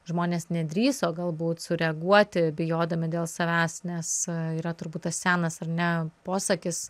žmonės nedrįso galbūt sureaguoti bijodami dėl savęs nes yra turbūt tas senas ar ne posakis